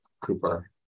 Cooper